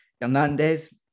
Hernandez